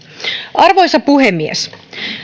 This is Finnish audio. arvoisa puhemies